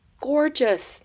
gorgeous